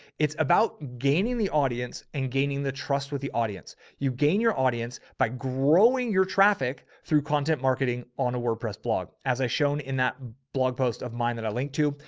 it's about gaining the audience and gaining the trust with the audience. you gain your audience, but growing your traffic through content marketing on a wordpress blog. as i shown in that blog post of mine that i linked to,